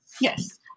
yes